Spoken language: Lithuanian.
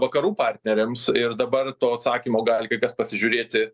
vakarų partneriams ir dabar to atsakymo gali kai kas pasižiūrėti